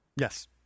Yes